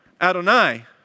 Adonai